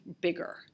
bigger